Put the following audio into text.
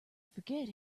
forget